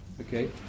Okay